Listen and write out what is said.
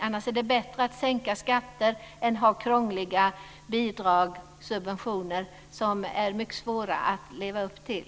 Annars är det bättre att sänka skatter än att ha krångliga bidrag, subventioner - något som det är mycket svårt att leva upp till.